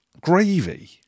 gravy